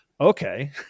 okay